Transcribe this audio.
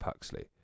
Puxley